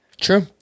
True